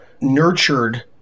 nurtured